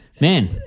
Man